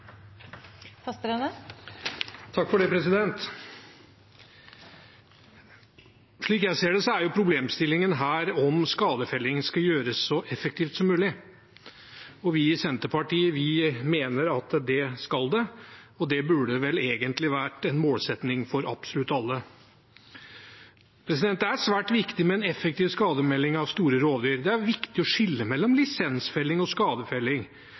problemstillingen her om skadefelling skal gjøres så effektivt som mulig. Vi i Senterpartiet mener at det skal det, og det burde vel egentlig vært en målsetting for absolutt alle. Det er svært viktig med en effektiv skadefelling av store rovdyr. Det er viktig å skille mellom lisensfelling og skadefelling.